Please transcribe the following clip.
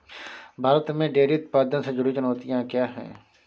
भारत में डेयरी उत्पादन से जुड़ी चुनौतियां क्या हैं?